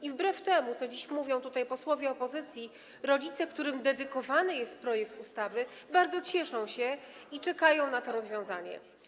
I wbrew temu, co dziś mówią tutaj posłowie opozycji, rodzice, którym dedykowany jest projekt ustawy, bardzo cieszą się i czekają na to rozwiązanie.